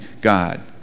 God